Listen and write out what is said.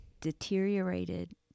deteriorated